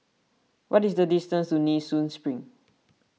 what is the distance to Nee Soon Spring